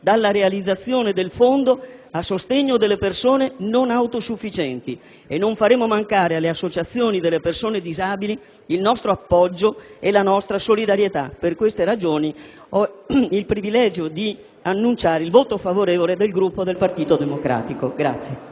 dalla realizzazione del Fondo a sostegno delle persone non autosufficienti e non faremo mancare alle associazioni delle persone disabili il nostro appoggio e la nostra solidarietà. Per queste ragioni, ho il privilegio di annunciare il voto favorevole del Gruppo del Partito Democratico.